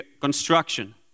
construction